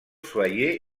soyeux